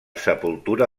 sepultura